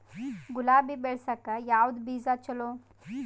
ಗುಲಾಬಿ ಬೆಳಸಕ್ಕ ಯಾವದ ಬೀಜಾ ಚಲೋ?